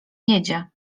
jedzie